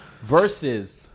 Versus